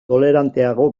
toleranteago